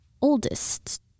oldest